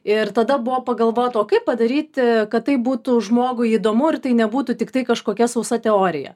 ir tada buvo pagalvota o kaip padaryti kad tai būtų žmogui įdomu ir tai nebūtų tiktai kažkokia sausa teorija